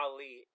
Ali